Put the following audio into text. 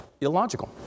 illogical